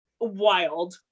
wild